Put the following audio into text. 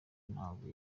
ntabwo